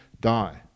die